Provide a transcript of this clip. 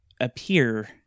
appear